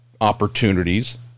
opportunities